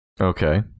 Okay